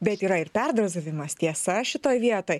bet yra ir perdozavimas tiesa šitoj vietoj